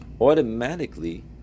automatically